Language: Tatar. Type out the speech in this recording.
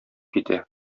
китә